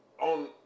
on